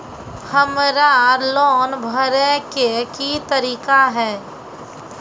हमरा लोन भरे के की तरीका है?